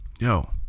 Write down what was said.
Yo